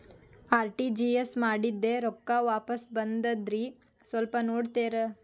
RTGS ಮಾಡಿದ್ದೆ ರೊಕ್ಕ ವಾಪಸ್ ಬಂದದ್ರಿ ಸ್ವಲ್ಪ ನೋಡ್ತೇರ?